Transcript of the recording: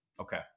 Okay